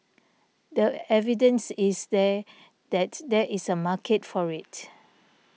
the evidence is there that there is a market for it